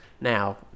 now